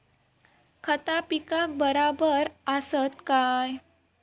खता पिकाक बराबर आसत काय?